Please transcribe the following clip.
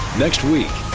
next week.